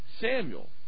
Samuel